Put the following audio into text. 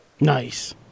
Nice